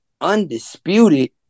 undisputed